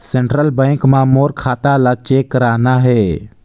Central bank मां मोर खाता ला चेक करना हे?